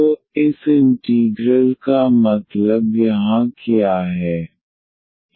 तो इस इंटीग्रल का मतलब यहाँ क्या है